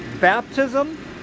Baptism